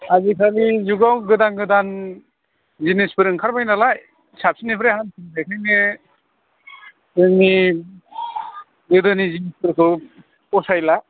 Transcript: आजिखालिनि जुगआव गोदान गोदान जिनिसफोर ओंखारबाय नालाय साबसिननिफ्राय हामसिन बेखायनो जोंनि गोदोनि जिनिसफोरखौ फसायला